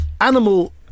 animal